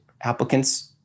applicant's